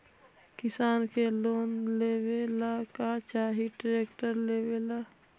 किसान के लोन लेबे ला का चाही ट्रैक्टर लेबे ला?